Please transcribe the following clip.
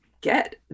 get